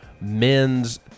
men's